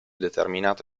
determinato